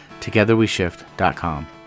togetherweshift.com